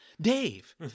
Dave